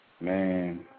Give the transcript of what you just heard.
Man